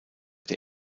der